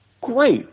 Great